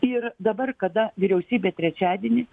ir dabar kada vyriausybė trečiadienį